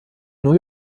new